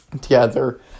together